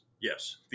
yes